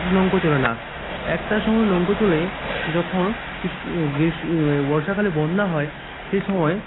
নৌকো চলে না একটা সময় নৌকা চলে যখন শীত গ্রীষ্ম বর্ষাকালে বন্যা হয় সেই সময়